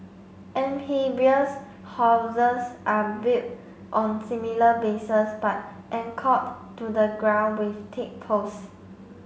amphibious houses are built on similar bases but anchored to the ground with thick post